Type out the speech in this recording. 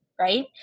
right